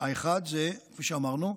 האחד, כפי שאמרנו,